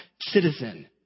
citizen